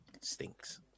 stinks